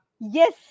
Yes